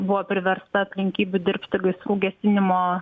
buvo priversta aplinkybių dirbti gaisrų gesinimo